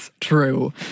true